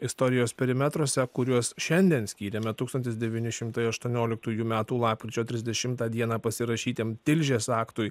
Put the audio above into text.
istorijos perimetruose kuriuos šiandien skyrėme tūkstantis devyni šimtai aštuonioliktųjų metų lapkričio trisdešimtą dieną pasirašytiem tilžės aktui